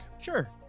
sure